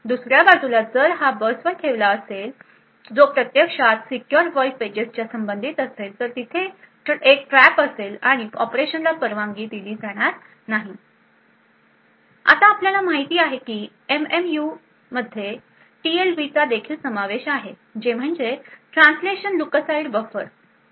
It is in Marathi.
दुसऱ्या बाजूला जर हा बस वर ठेवला जो प्रत्यक्षात सीक्युर वर्ल्ड पेजेसच्या संबंधित असेल तर तिथे trap असेल आणि ऑपरेशनला परवानगी दिली जाणार नाही आता आपल्याला माहित आहे की एमएमयूमध्ये टीएलबीचा देखील समावेश आहे जे म्हणजे translation lookaside buffer